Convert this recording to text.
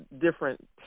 different